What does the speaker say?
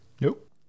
nope